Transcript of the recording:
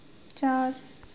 चार